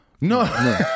no